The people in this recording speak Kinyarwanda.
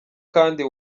kandi